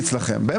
לדבר.